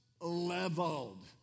Leveled